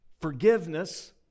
forgiveness